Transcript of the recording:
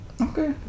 Okay